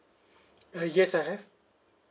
ah yes I have